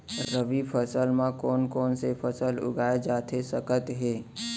रबि फसल म कोन कोन से फसल उगाए जाथे सकत हे?